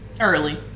early